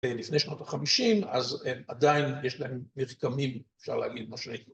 ‫אה, לפני שנות ה-50, אז אה עדיין יש להם ‫מרקמים, אפשר להגיד, נושרים.